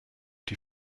die